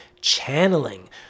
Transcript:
channeling